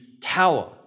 tower